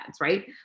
right